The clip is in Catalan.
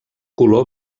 color